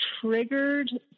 triggered